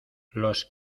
los